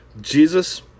Jesus